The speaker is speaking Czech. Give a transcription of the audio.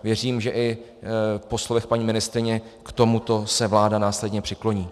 Věřím, že i po slovech paní ministryně k tomuto se vláda následně přikloní.